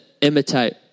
imitate